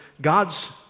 God's